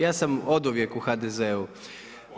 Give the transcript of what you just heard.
Ja sam oduvijek u HDZ-u.